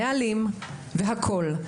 נהלים והכל.